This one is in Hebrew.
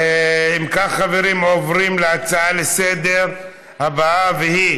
אם כך, חברים, עוברים להצעה לסדר-היום בנושא: